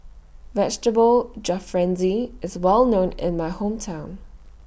Vegetable Jalfrezi IS Well known in My Hometown